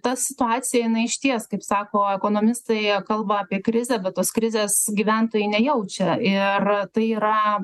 ta situacija jinai išties kaip sako ekonomistai jie kalba apie krizę bet tos krizės gyventojai nejaučia ir tai yra